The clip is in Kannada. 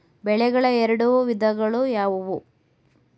ಬೆಳೆಗಳ ಎರಡು ವಿಧಗಳು ಯಾವುವು?